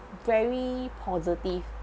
very positive